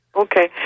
Okay